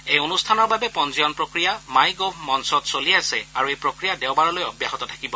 এই অনুষ্ঠানৰ বাবে পঞ্জীয়নৰ প্ৰক্ৰিয়া মাই গ'ভ মঞ্চত চলি আছে আৰু এই প্ৰক্ৰিয়া দেওবাৰলৈ অব্যাহত থাকিব